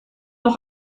auch